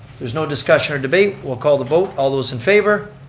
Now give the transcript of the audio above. there's no discussion or debate, we'll call the vote. all those in favor?